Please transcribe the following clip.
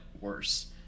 worse